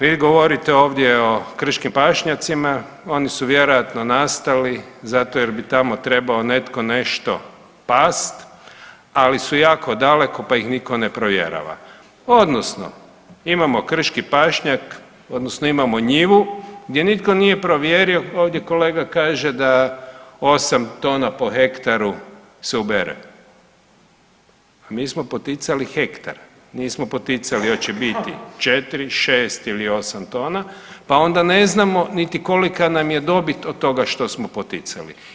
Vi govorite ovdje o krškim pašnjacima, oni su vjerojatno nastali zato jer bi tamo trebao netko nešto past, ali su jako daleko, pa ih nitko ne provjerava odnosno imamo krški pašnjak odnosno imamo njivu gdje nitko nije provjerio, ovdje kolega kaže da 8 tona po hektaru se ubere, a mi smo poticali hektar, nismo poticali hoće biti 4, 6 ili 8 tona, pa onda ne znamo niti kolika nam je dobit od toga što smo poticali.